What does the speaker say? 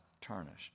tarnished